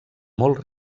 molt